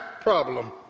problem